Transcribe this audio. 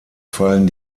fallen